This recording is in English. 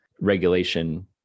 regulation